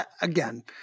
Again